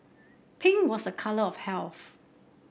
pink was a colour of health